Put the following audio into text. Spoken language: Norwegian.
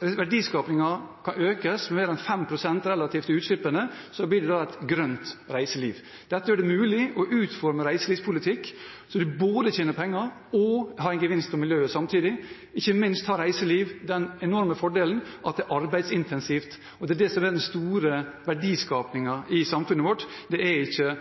verdiskapingen kan økes mer enn 5 pst. relativt til utslippene, blir det et grønt reiseliv. Dette gjør det mulig å utforme reiselivspolitikken slik at en både tjener penger og samtidig har en miljøgevinst. Ikke minst har reiseliv den enorme fordelen at det er arbeidsintensivt. Den store verdiskapingen i samfunnet vårt er ikke